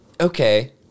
okay